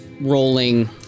rolling